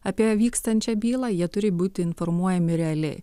apie vykstančią bylą jie turi būti informuojami realiai